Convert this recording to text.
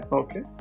okay